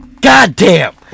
Goddamn